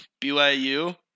BYU